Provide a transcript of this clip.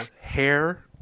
hair